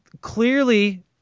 clearly